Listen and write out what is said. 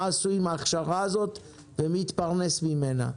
עשו עם ההכשרה הזאת ומי התפרנס ממנה.